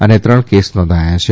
અને ત્રણ કેસ નોંધાયા છે